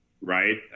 right